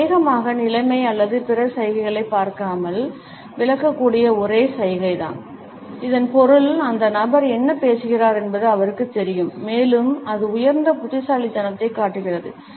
இது அநேகமாக நிலைமை அல்லது பிற சைகைகளைப் பார்க்காமல் விளக்கக்கூடிய ஒரே சைகைதான் இதன் பொருள் அந்த நபர் என்ன பேசுகிறார் என்பது அவருக்குத் தெரியும் மேலும் அது உயர்ந்த புத்திசாலித்தனத்தைக் காட்டுகிறது